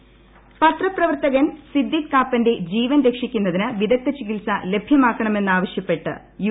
സിദ്ദിഖ് കാപ്പൻ പത്രപ്രവർത്തകൻ സിദ്ദീഖ് കാപ്പന്റെ ജീവൻ രക്ഷിക്കുന്നതിന് വിദഗ്ധ ചികിത്സ ലഭ്യമാക്കണമെന്ന് ആവശ്യപ്പെട്ട് യു